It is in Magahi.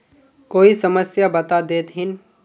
कोई समस्या बता देतहिन?